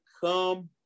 come